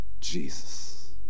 Jesus